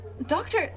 Doctor